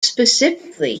specifically